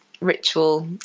ritual